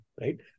right